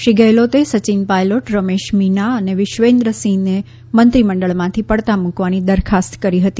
શ્રી ગેહલોતે સચિન પાયલોટ રમેશ મીના અને વિશવેન્દ્ર સિંહને મંત્રીમંડળમાંથી પડતા મૂકવાની દરખાસ્ત કરી હતી